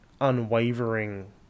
unwavering